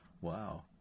Wow